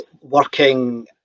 working